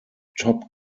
top